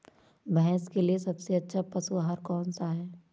भैंस के लिए सबसे अच्छा पशु आहार कौन सा है?